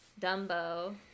Dumbo